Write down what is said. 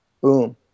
Boom